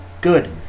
Good